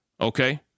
Okay